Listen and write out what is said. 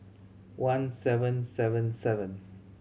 one seven seven seven